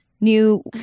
new